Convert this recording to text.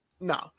No